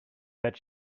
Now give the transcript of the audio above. that